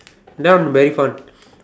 that one very fun